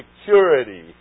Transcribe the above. security